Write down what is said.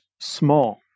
small